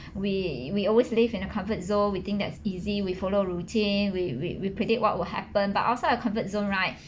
we we always live in a comfort zone we think that's easy we follow routine we we we predict what will happen but outside your comfort zone right